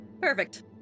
perfect